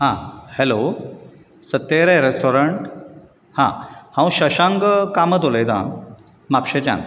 आं hello Satyaray restaurant आं हांव शशांक अ कामत उलयतां म्हापशेंच्यान